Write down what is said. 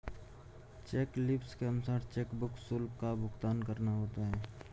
check leaves के अनुसार chequebook शुल्क का भुगतान करना होता है